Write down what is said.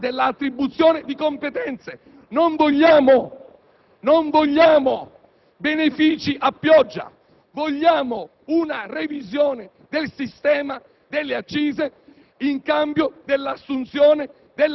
di questi introiti sulla base di attribuzione di competenze: non vogliamo benefici a poggia, vogliamo una revisione del sistema delle accise